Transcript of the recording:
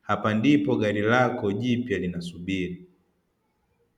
hapa ndipo gari lako jipya linasubiri.